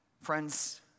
Friends